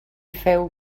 feu